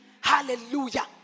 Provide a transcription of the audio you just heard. Hallelujah